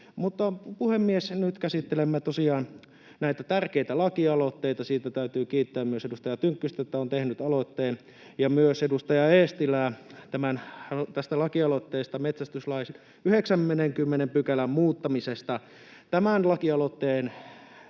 näin. Puhemies! Nyt käsittelemme tosiaan näitä tärkeitä lakialoitteita. Täytyy kiittää myös edustaja Tynkkystä, että hän on tehnyt aloitteen, ja myös edustaja Eestilää lakialoitteesta metsästyslain 90 §:n muuttamisesta. Tämän lakialoitteen